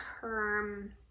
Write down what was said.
term